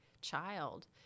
child